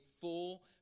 full